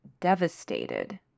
devastated